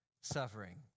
suffering